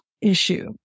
issue